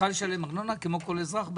כמו כל אזרח,